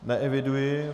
Neeviduji.